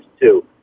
two